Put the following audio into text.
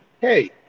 Hey